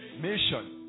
mission